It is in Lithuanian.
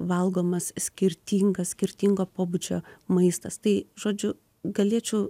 valgomas skirtingas skirtingo pobūdžio maistas tai žodžiu galėčiau